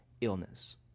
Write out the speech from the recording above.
illness